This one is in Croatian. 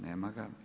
Nema ga.